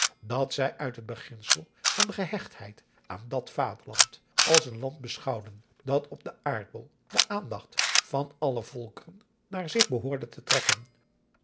dat zij uit het beginsel van gehechtheid aan het vaderland als een land beschouwden dat op den aardbol de aandacht van alle volkeren naar zich behoorde te trekken